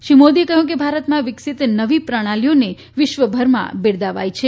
શ્રી મોદીએ કહ્યું કે ભારતમાં વિકસિત નવી પ્રણાલીઓને વિશ્વભરમાં બિરદાવાઇ છે